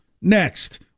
next